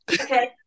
Okay